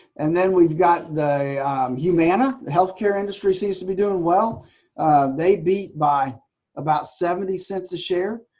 and then we've got the humana the healthcare industry seems to be doing well they beat by about seventy cents a share.